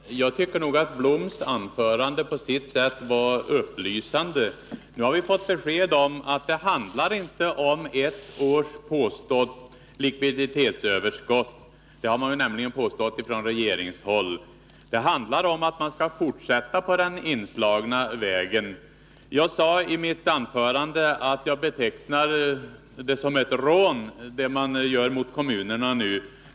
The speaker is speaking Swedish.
Herr talman! Jag tycker nog att Lennart Bloms anförande på sitt sätt var upplysande. Nu har vi fått besked om att det inte enbart handlar om ett års s.k. likviditetsöverskott. Det har man nämligen påstått från regeringshåll. Det handlar i stället om att man skall fortsätta på den inslagna vägen. Jag sade i mitt tidigare anförande att jag betecknade det man nu gör mot kommunerna såsom ett rån.